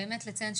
באמת לציין,